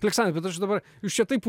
aleksandrai bet aš dabar jūs čia taip